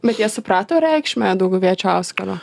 bet jie suprato reikšmę dauguviečio auskaro